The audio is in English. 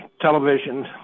television